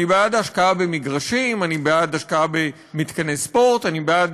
אני בעד השקעה במגרשים, אני בעד